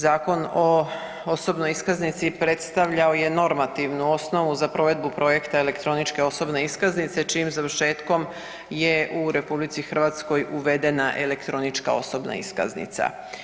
Zakon o osobnoj iskaznici predstavljao je normativnu osnovu za provedbu projekta elektroničke osobne iskaznice čijim završetkom je u RH uvedena elektronička osobna iskaznica.